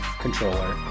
controller